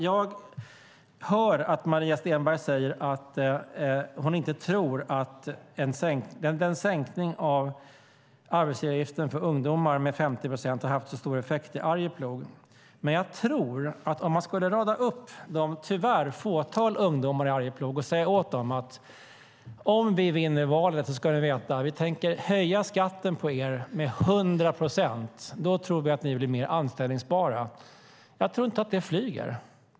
Jag hörde Maria Stenberg säga att hon inte tror att sänkningen av arbetsgivaravgiften för ungdomar med 50 procent har haft så stor effekt i Arjeplog. Men skulle man rada upp det fåtal, tyvärr, ungdomar som finns i Arjeplog och säga till dem att man tänker höja skatten med 100 procent för att göra dem mer anställbara så tror jag inte att det flyger.